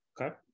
Okay